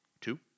two